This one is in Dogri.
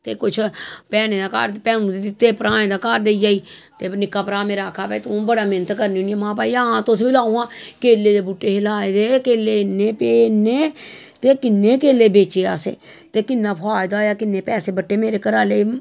ते कुश भैनें दे घर भैनूं गी दित्ते भ्राएं दे घर देई आई ते निक्का भ्राह् मेरा आक्खा दा भाई तूं बड़ा मैंह्नत करनी होन्नी महां हां भाई तुस बी लाओ हां केले दे बूह्टे हे लाए दे केले इन्ने पे इन्ने ते किन्ने केले बेचे असें ते किन्ना फायदा होआ किन्ने पैसे बट्टे मेरे घरे आह्ले